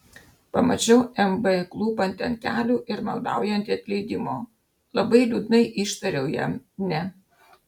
pamačiau mb klūpantį ant kelių ir maldaujantį atleidimo labai liūdnai ištariau jam ne